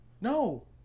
No